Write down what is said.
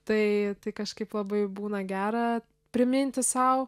tai kažkaip labai būna gera priminti sau